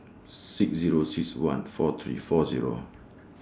six Zero six one four three four Zero